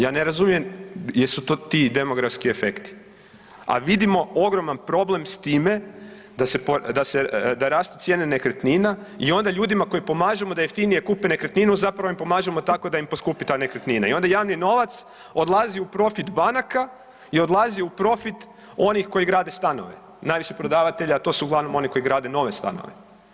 Ja ne razumijem jesu to ti demografski efekti, a vidimo ogroman problem s time da rastu cijene nekretnina i onda ljudima koji pomažemo da jeftinije kupe nekretninu zapravo im pomažemo tako da im poskupi ta nekretnina i onda javni novac odlazi u profit banaka i odlazi u profit onih koji grade stanove, najviše prodavatelje, a to su uglavnom oni koji grade nove stanove.